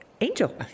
Angel